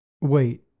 wait